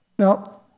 Now